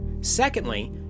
Secondly